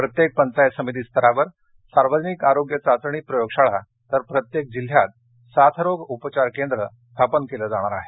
प्रत्येक पंचायत समिती स्तरावर सार्वजनिक आरोग्य चाचणी प्रयोगशाळा तर प्रत्येक जिल्ह्यात साथ रोग उपचार केंद्र स्थापन केल्या जाणार आहेत